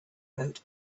wrote